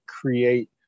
create